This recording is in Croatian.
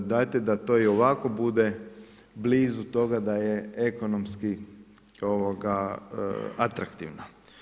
Dajte da to i ovako bude blizu toga da je ekonomski atraktivno.